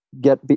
get